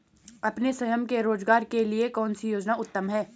अपने स्वयं के रोज़गार के लिए कौनसी योजना उत्तम है?